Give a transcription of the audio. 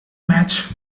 match